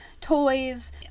toys